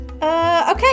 Okay